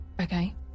Okay